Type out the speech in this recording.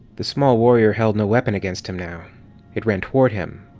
the small warrior held no weapon against him now it ran toward him,